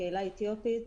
הקהילה האתיופית,